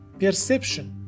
perception